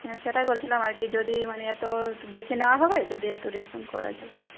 হ্যাঁ সেটাই বলছিলাম আর কি যদি মানে এত বেশি নেওয়া হবে যদি একটু ডিসকাউন্ট করা যায়